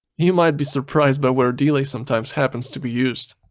you might be surprised by where delay sometimes happens to be used.